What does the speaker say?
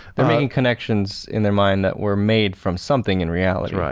they're making connections in their mind that were made from something in reality,